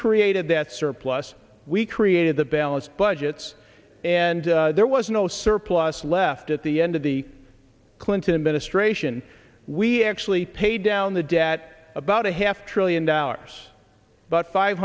created that surplus we created the balanced budgets and there was no surplus left at the end of the clinton administration we actually paid down the debt about a half trillion dollars but five